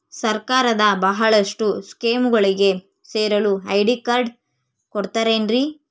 ಸರ್ಕಾರದ ಬಹಳಷ್ಟು ಸ್ಕೇಮುಗಳಿಗೆ ಸೇರಲು ಐ.ಡಿ ಕಾರ್ಡ್ ಕೊಡುತ್ತಾರೇನ್ರಿ?